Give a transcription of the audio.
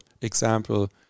example